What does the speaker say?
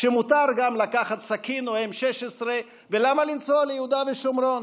שמותר גם לקחת סכין או M-16. ולמה לנסוע ליהודה ושומרון?